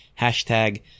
hashtag